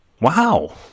Wow